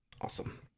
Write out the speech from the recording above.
Awesome